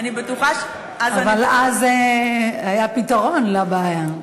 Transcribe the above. אבל אז היה פתרון לבעיה.